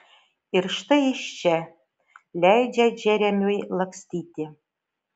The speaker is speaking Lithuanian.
ir štai jis čia leidžia džeremiui lakstyti